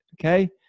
Okay